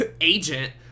agent